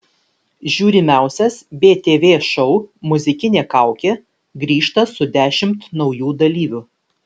žiūrimiausias btv šou muzikinė kaukė grįžta su dešimt naujų dalyvių